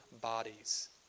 bodies